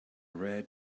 rare